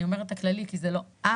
ואני אומרת את זה באופן כללי כי זה לא את